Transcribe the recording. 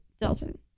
Dalton